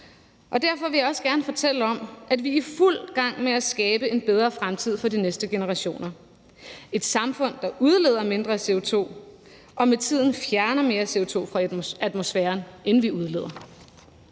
og derfor vil jeg også gerne fortælle om, at vi er i fuld gang med at skabe en bedre fremtid for de næste generationer – et samfund, der udleder mindre CO2 og med tiden fjerner mere CO2 fra atmosfæren, end vi udleder.